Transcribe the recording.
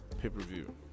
pay-per-view